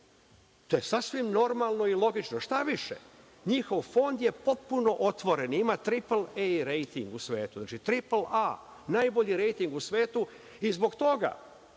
to je sasvim normalno i logično. Šta više, njihov fond je potpuno otvoren, ima triplej rejting u svetu, znači tripl A, najbolji rejting u svetu. Zbog toga